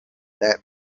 that